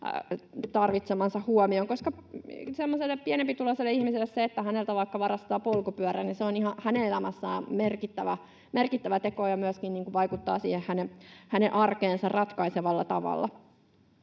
tarvitsemansa huomion, koska pienempituloiselle ihmiselle se, että häneltä vaikka varastetaan polkupyörä, on hänen elämässään merkittävä teko ja myöskin vaikuttaa hänen arkeensa ratkaisevalla tavalla.